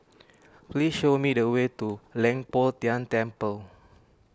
please show me the way to Leng Poh Tian Temple